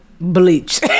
bleach